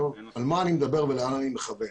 על מה אני מדבר ולאן אני מכוון.